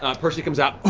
um percy comes out.